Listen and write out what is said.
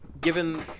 given